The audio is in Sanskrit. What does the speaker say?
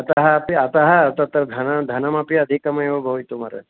अतः अपि अतः तत्र धनं धनमपि अधिकमेव भवितुमर्हति